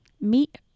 meet